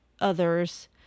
others